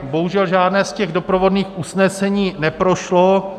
Bohužel žádné z těch doprovodných usnesení neprošlo.